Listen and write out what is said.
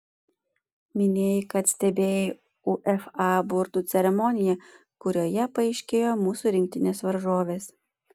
minėjai kad stebėjai uefa burtų ceremoniją kurioje paaiškėjo mūsų rinktinės varžovės